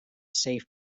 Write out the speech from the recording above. safe